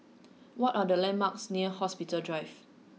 what are the landmarks near Hospital Drive